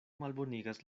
malbonigas